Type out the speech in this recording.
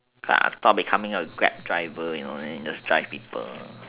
probably coming up with grab driver you know then you just drive people